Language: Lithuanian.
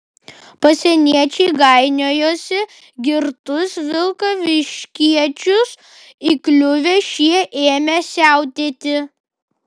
pasieniečiai gainiojosi girtus vilkaviškiečius įkliuvę šie ėmė siautėti